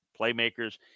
playmakers